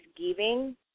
giving